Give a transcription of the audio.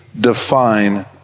define